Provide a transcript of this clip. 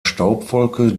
staubwolke